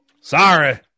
Sorry